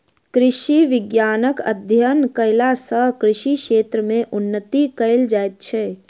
कृषि विज्ञानक अध्ययन कयला सॅ कृषि क्षेत्र मे उन्नति कयल जाइत छै